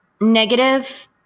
negative